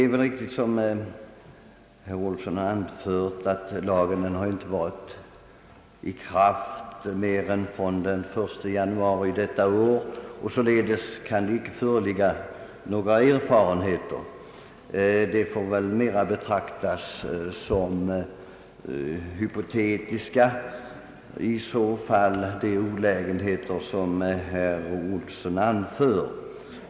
Det är riktigt, som herr Ohlsson här anfört, att lagen inte varit i kraft mer än från och med den 1 januari i år. Det kan således inte föreligga några erfarenheter av lagens verkningar. De olägenheter, som herr Ohlsson här angett, får då mera betraktas som hypotetiska.